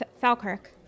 Falkirk